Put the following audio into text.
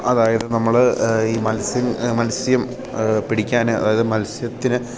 അതായത് നമ്മൾ ഈ മത്സ്യം മത്സ്യം പിടിക്കാൻ അതായത് മത്സ്യത്തിന്